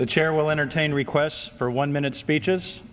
the chair will entertain requests for one minute speeches